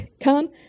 come